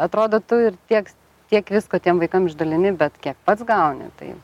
atrodo tu ir tieks tiek visko tiems vaikam išdalini bet kiek pats gauni tai